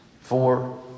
four